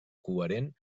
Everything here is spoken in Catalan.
coherent